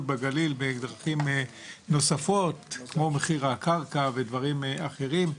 בגליל ובדרכים נוספות כמו מחיר הקרקע ודברים אחרים.